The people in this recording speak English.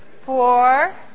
four